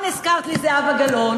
הזכרת לי את זהבה גלאון,